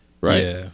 Right